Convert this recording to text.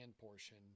portion